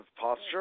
posture